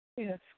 Yes